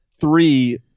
three